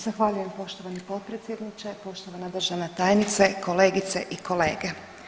Zahvaljujem poštovani potpredsjedniče, poštovana državna tajnice, kolegice i kolege.